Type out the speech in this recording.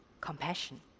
compassion